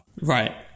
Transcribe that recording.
Right